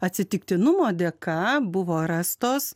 atsitiktinumo dėka buvo rastos